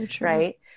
Right